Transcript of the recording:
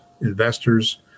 investors